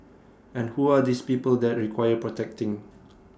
and who are these people that require protecting